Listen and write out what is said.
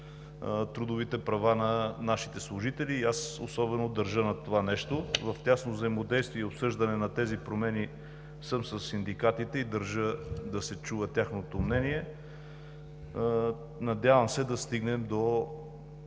трудовите права на нашите служители. Аз особено държа на това нещо. В тясно взаимодействие и обсъждане на тези промени съм със синдикатите и държа да се чува тяхното мнение. Надявам се да стигнем до